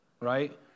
right